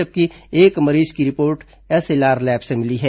जबकि एक मरीज की रिपोर्ट एसएलआर लैब से मिली है